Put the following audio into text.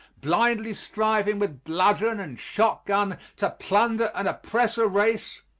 blindly striving with bludgeon and shotgun to plunder and oppress a race,